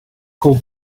call